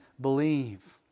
believe